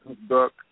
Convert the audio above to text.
book